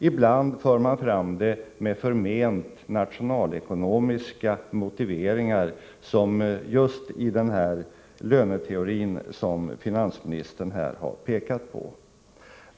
Ibland för man fram angreppen med förment nationalekonomiska motiveringar, som just i den löneteori finansministern här har pekat på.